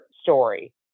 story